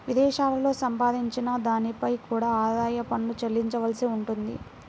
విదేశాలలో సంపాదించిన దానిపై కూడా ఆదాయ పన్ను చెల్లించవలసి ఉంటుంది